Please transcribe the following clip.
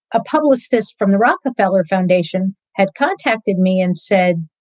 a publicist from the rockefeller foundation had contacted me and said,